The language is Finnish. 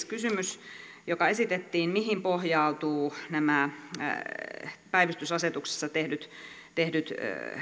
kysymys joka esitettiin mihin pohjautuvat nämä päivystysasetuksessa tehdyt tehdyt